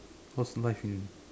how's life in